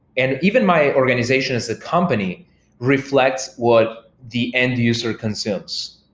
and even my organization as a company reflect what the end user consumes.